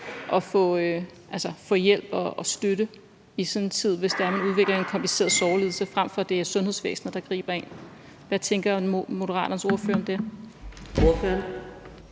at få hjælp og støtte i sådan en tid, hvis det er, man udvikler en kompliceret sorglidelse, frem for at det er sundhedsvæsenet, der griber en? Hvad tænker Moderaternes ordfører om det?